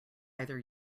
either